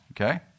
Okay